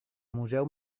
museu